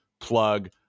plug